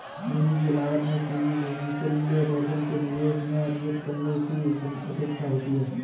पूंजी की लागत में पूंजी से समतुल्य जोखिम के निवेश में अर्जित करने की अपेक्षा होती है